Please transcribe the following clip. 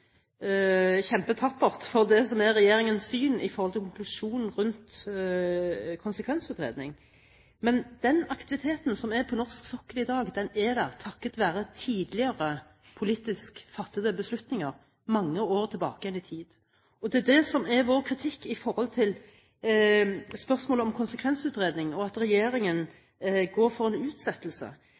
tappert for det som er regjeringens syn i forhold til konklusjonen rundt konsekvensutredning, men den aktiviteten som er på norsk sokkel i dag, er der takket være tidligere politisk fattede beslutninger mange år tilbake i tid. Det som er vår kritikk når det gjelder spørsmålet om konsekvensutredning og at regjeringen går for en utsettelse,